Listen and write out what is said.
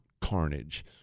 carnage